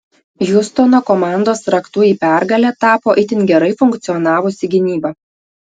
hjustono komandos raktu į pergalę tapo itin gerai funkcionavusi gynyba